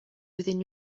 within